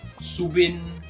Subin